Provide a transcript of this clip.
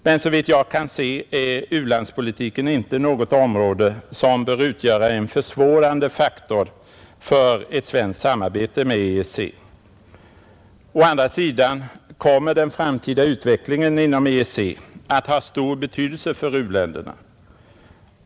Men såvitt jag kan se är u-landspolitiken inte något område, som bör utgöra en försvårande faktor för ett svenskt samarbete med EEC, Å andra sidan kommer den framtida utvecklingen inom EEC att ha stor betydelse för u-länderna.